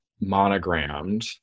monogrammed